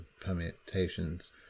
permutations